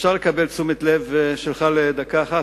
אפשר לקבל את תשומת הלב שלך לדקה אחת,